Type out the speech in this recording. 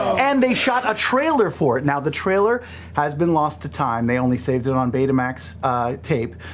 and they shot a trailer for it. now the trailer has been lost to time. they only saved it on betamax tape,